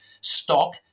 stock